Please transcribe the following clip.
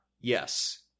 Yes